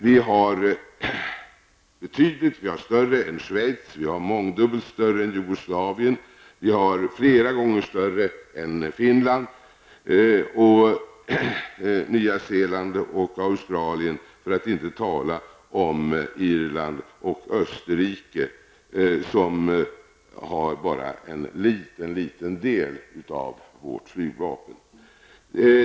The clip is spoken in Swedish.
Vårt flygvapen är större än Schweiz, det är mångdubbelt större än Jugoslaviens, flera gånger större än Finlands, större än Nya Zeelands och Australiens, för att inte tala om Irland och Österrike, vars flygvapen bara uppgår till en liten del av vårt flygvapens omfattning.